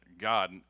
God